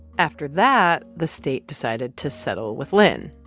after that, the state decided to settle with lyn.